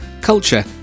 culture